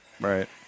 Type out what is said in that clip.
Right